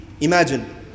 Imagine